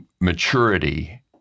maturity